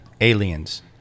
Aliens